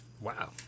Wow